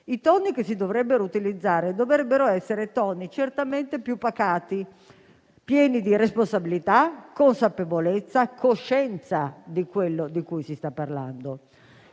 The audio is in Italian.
i toni che si dovrebbero utilizzare dovrebbero essere certamente più pacati, pieni di responsabilità, consapevolezza, coscienza di quello di cui si sta parlando.